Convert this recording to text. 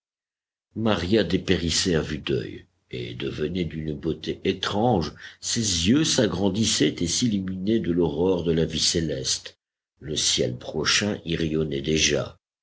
maria dépérissait à vue d'œil et devenait d'une beauté étrange ses yeux s'agrandissaient et s'illuminaient de l'aurore de la vie céleste le ciel prochain y rayonnait déjà